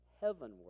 heavenward